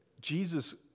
Jesus